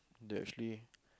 that actually